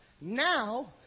now